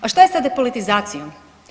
A šta je s depolitizacijom?